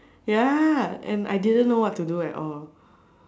ya and I didn't know what to do at all